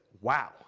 wow